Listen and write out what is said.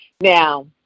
Now